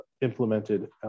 implemented